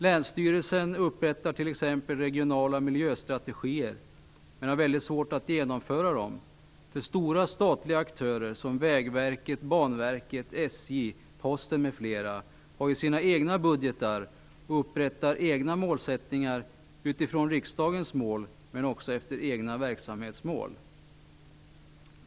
Länsstyrelsen upprättar t.ex. regionala miljöstrategier men har mycket svårt att genomföra dem, eftersom stora statliga aktörer som Vägverket, Banverket, SJ, Posten m.fl. har sina egna budgetar och upprättar egna målsättningar utifrån riksdagens mål, men också efter egna verksamhetsmål.